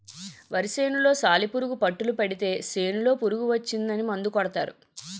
వరి సేనులో సాలిపురుగు పట్టులు పడితే సేనులో పురుగు వచ్చిందని మందు కొడతారు